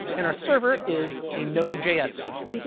and our server is a node js server,